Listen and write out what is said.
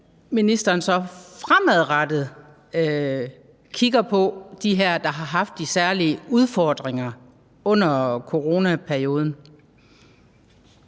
ministeren så fremadrettet kigger på det med dem, der har haft de særlige udfordringer under coronaperioden.